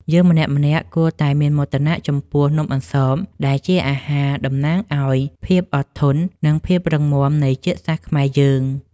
យើងម្នាក់ៗគួរតែមោទនៈចំពោះនំអន្សមដែលជាអាហារតំណាងឱ្យភាពអត់ធន់ និង ភាពរឹងមាំនៃជាតិសាសន៍ខ្មែរយើង។